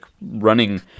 running